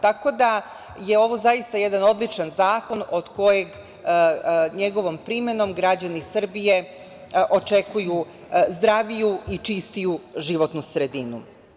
Tako da je ovo zaista jedan odličan zakon od čije primene građani Srbije očekuju zdraviju i čistiju životnu sredinu.